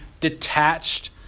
detached